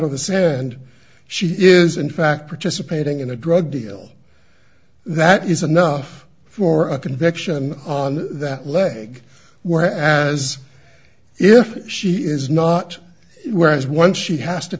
sand she is in fact participating in a drug deal that is enough for a conviction on that leg where as if she is not whereas once she has to